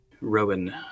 Rowan